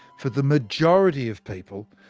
for the majority of people,